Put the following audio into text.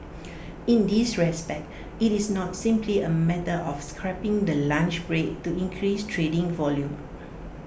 in this respect IT is not simply A matter of scrapping the lunch break to increase trading volume